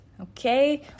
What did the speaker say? Okay